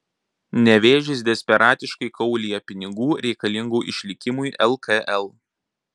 nevėžis desperatiškai kaulija pinigų reikalingų išlikimui lkl